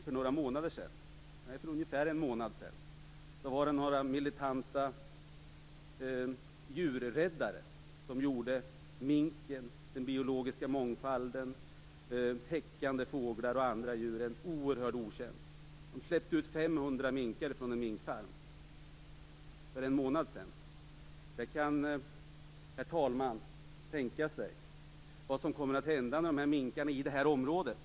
För ungefär en månad sedan var det några militanta djurräddare i mitt hemlän som gjorde minken, den biologiska mångfalden, häckande fåglar och andra djur en oerhörd otjänst. De släppte ut 500 minkar från en minkfarm. Man kan ju bara tänka sig vad som kommer att hända med minkarna i det här området.